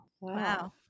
Wow